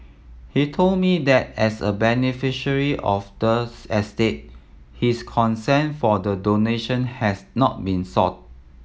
he told me that as a beneficiary of the estate his consent for the donation had not been sought